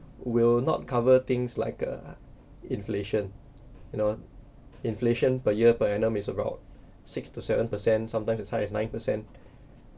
will not cover things like uh inflation you know inflation per year per annum is about six to seven percent sometimes as high as nine percent